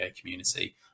community